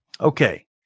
Okay